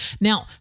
Now